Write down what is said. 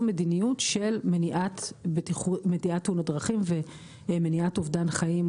מדיניות של מניעת תאונות דרכים ומניעת אובדן חיים,